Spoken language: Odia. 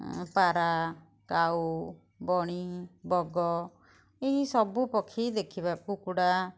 ପାରା କାଉ ବଣି ବଗ ଏହି ସବୁ ପକ୍ଷୀ ଦେଖିବା କୁକୁଡ଼ା